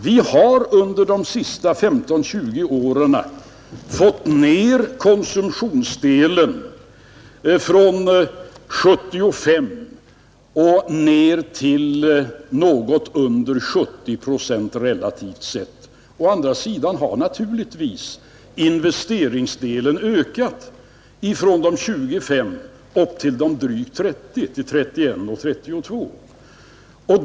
Vi har under de senaste 15—20 åren fått ned konsumtionsdelen från 75 till något under 70 procent, relativt sett. Å andra sidan har investeringsdelen ökat från 25 till drygt 30 procent — till 31 eller 32 procent.